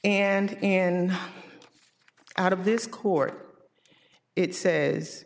and and out of this court it says